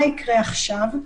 מה יקרה עכשיו?